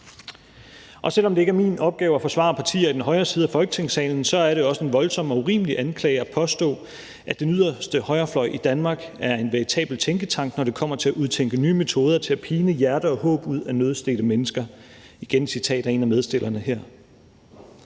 Og selv om det ikke er min opgave at forsvare partier i den højre side af Folketingssalen, er det også en voldsom og urimelig anklage at påstå, at den yderste højrefløj i Danmark er en veritabel tænketank, når det kommer til at udtænke nye metoder til at pine hjerte og håb ud af nødstedte mennesker – det er igen et citat fra en af medstillerne her.